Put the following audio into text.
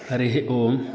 हरिः ओम्